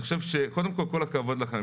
קודם כל, כל הכבוד לכן.